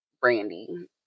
Brandy